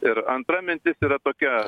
ir antra mintis yra tokia